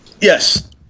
Yes